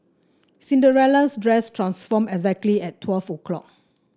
Cinderella's dress transformed exactly at twelve o' clock